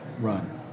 run